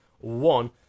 one